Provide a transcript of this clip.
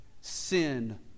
Sin